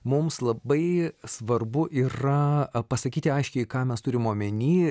mums labai svarbu yra pasakyti aiškiai ką mes turim omeny